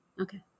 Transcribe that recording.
Okay